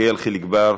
יחיאל חיליק בר,